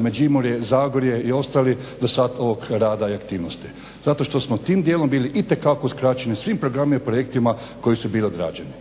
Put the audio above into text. Međimurje, Zagorje i ostali do sad ovog rada i aktivnosti zato što smo tim dijelom bili itekako uskraćeni svim programima i projektima koji su bili odrađeni.